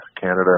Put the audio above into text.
Canada